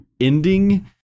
ending